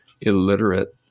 illiterate